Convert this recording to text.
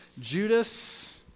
Judas